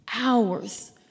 hours